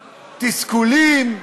תסכולים,